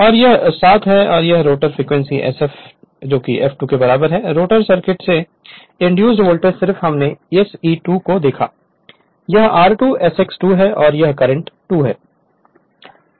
और यह 700 है और यह rotor circuit frequency F2 sf है और रोटर सर्किट से इंड्यूस्ड वोल्टेज सिर्फ हमने SE2 को देखा यह r2 SX2 है और यह करंट2 है